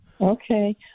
Okay